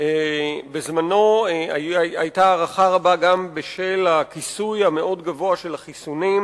בזמנו היתה הערכה רבה גם בשל הכיסוי המאוד-גבוה של החיסונים,